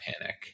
panic